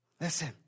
Listen